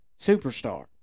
superstar